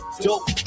dope